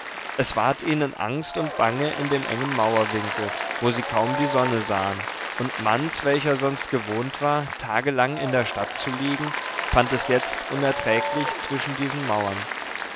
es ward ihnen angst und bange in dem engen mauerwinkel wo sie kaum die sonne sahen und manz welcher sonst gewohnt war tagelang in der stadt zu liegen fand es jetzt unerträglich zwischen diesen mauern